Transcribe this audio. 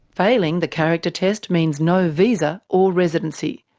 failing the character test means no visa or residency,